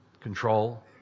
control